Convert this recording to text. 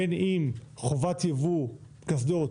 בין אם חובת יבוא קסדות